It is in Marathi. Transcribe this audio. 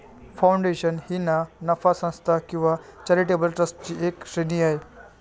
फाउंडेशन ही ना नफा संस्था किंवा चॅरिटेबल ट्रस्टची एक श्रेणी आहे